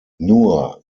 nur